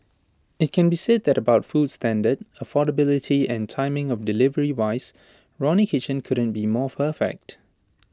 IT can be said that about food standard affordability and timing of delivery wise Ronnie kitchen couldn't be more perfect